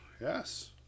yes